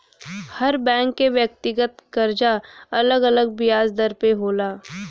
हर bank के व्यक्तिगत करजा अलग अलग बियाज दर पे होला